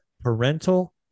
parental